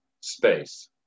space